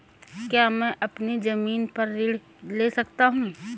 क्या मैं अपनी ज़मीन पर ऋण ले सकता हूँ?